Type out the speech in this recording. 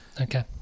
Okay